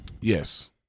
Yes